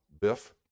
Biff